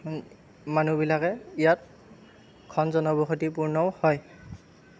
মানুহবিলাকে ইয়াত ঘন জনবসতিপূৰ্ণও হয়